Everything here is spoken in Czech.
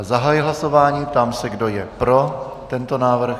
Zahajuji hlasování a ptám se, kdo je pro tento návrh.